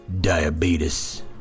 Diabetes